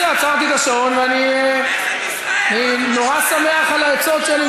אני מתפלא איך את לא